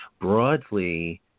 broadly